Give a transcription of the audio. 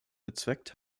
bezweckt